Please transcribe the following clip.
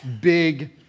big